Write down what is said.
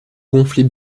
gonfler